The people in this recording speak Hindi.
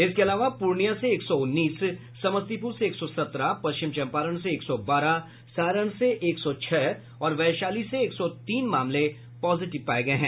इसके अलावा पूर्णिया से एक सौ उन्नीस समस्तीपुर से एक सौ सत्रह पश्चिम चंपारण से एक सौ बारह सारण से एक सौ छह और वैशाली से एक सौ तीन मामले पॉजिटिव पाये गये हैं